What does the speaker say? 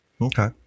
okay